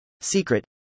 Secret